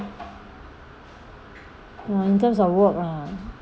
in terms of work lah